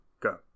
Go